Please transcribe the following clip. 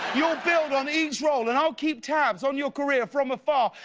you'll build on each role and i'll keep tabs on your career from afar,